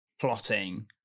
plotting